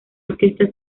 orquesta